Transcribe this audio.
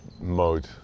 mode